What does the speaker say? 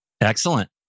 Excellent